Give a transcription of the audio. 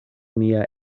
mia